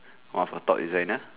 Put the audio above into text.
one of the top designer